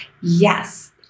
Yes